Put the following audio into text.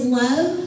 love